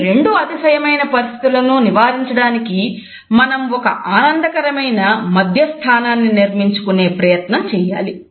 ఈ రెండూ అతిశయమైన పరిస్థితులను నివారించడానికి మనం ఒక ఆనందకరమైన మధ్య స్థానాన్ని నిర్మించుకునే ప్రయత్నం చేయాలి